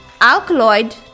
alkaloid